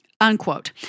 unquote